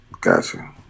Gotcha